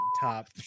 top